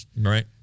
Right